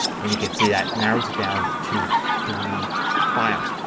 and you can see that narrows it down to three files.